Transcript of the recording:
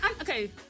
Okay